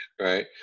Right